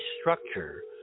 structure